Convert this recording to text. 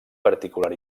particular